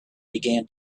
began